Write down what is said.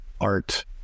art